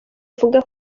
ivuga